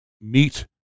meet